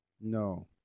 No